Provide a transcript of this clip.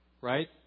right